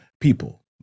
people